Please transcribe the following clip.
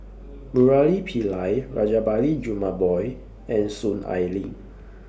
Murali Pillai Rajabali Jumabhoy and Soon Ai Ling